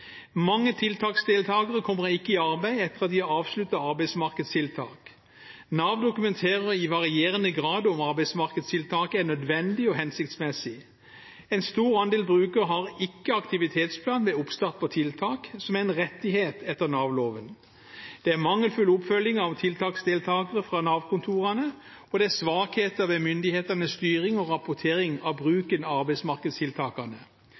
Mange tiltaksdeltakere kommer ikke i arbeid etter at de har avsluttet arbeidsmarkedstiltak. Nav dokumenterer i varierende grad om arbeidsmarkedstiltaket er nødvendig og hensiktsmessig. En stor andel brukere har ikke aktivitetsplan ved oppstart på tiltak, som er en rettighet etter Nav-loven. Det er mangelfull oppfølging av tiltaksdeltakere fra Nav-kontorene, og det er svakheter ved myndighetenes styring og rapportering av